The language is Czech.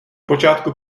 počátku